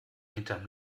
hinterm